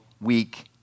week